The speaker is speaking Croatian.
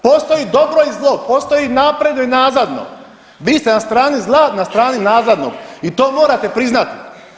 Postoji dobro i zlo, postoji napredno i nazadno, vi ste na strani zla, na strani nazadnog i to morate priznat.